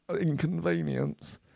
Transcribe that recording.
inconvenience